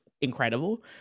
incredible